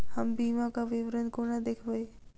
हम बीमाक विवरण कोना देखबै?